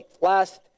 Last